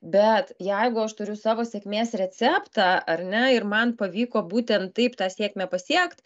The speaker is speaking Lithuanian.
bet jeigu aš turiu savo sėkmės receptą ar ne ir man pavyko būten taip tą sėkmę pasiekt